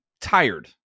tired